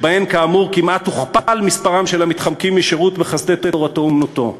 שבהן כאמור כמעט הוכפל מספרם של המתחמקים משירות בחסדי תורתו-אומנותו.